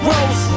Rose